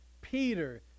Peter